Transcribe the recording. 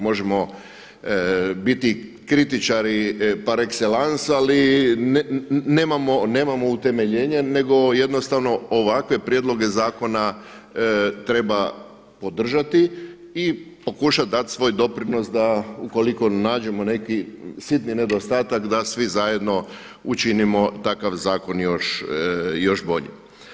Možemo biti kritičari par excellence ali nemamo utemeljenje nego jednostavno ovakve prijedloge zakona treba podržati i pokušati dati svoj doprinos da ukoliko nađemo neki sitni nedostatak da svi zajedno učinimo takav zakon još boljim.